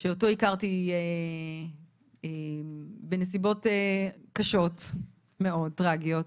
שאותו הכרתי בנסיבות קשות מאוד טראגיות.